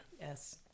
Yes